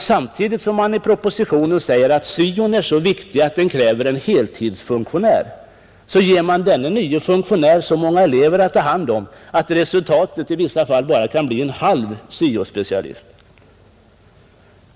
Samtidigt som man i propositionen säger att syon är så viktig att den kräver en heltidsfunktionär, ger man denne nye funktionär så många elever att ta hand om att resultatet i vissa fall bara blir en halv syo-specialist.